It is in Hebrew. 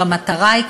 המטרה היא,